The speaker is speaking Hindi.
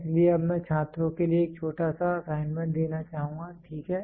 इसलिए अब मैं छात्रों के लिए एक छोटा सा असाइनमेंट देना चाहूँगा ठीक है